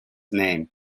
name